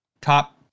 top